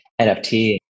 NFT